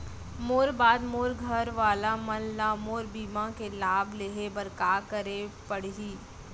मोर बाद मोर घर वाला मन ला मोर बीमा के लाभ लेहे बर का करे पड़ही?